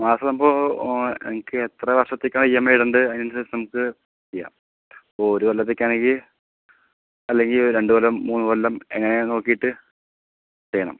മാസം അപ്പോൾ നിങ്ങൾക്കെത്ര വർഷത്തേക്കാണ് ഇ എം ഐ ഇടേണ്ടത് ആതിനനുസരിച്ച് നമുക്ക് ചെയ്യാം ഇപ്പോൾ ഒരു കൊല്ലത്തേക്കാണെങ്കിൽ അല്ലെങ്കിൽ രണ്ട് കൊല്ലം മൂന്ന് കൊല്ലം എങ്ങനെയാണ് നോക്കിയിട്ട് ചെയ്യണം